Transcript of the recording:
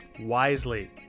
wisely